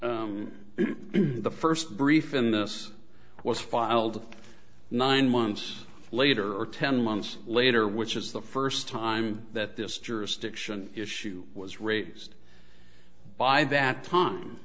the first brief in this was filed nine months later or ten months later which is the first time that this jurisdiction issue was raised by that time